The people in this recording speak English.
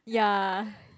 ya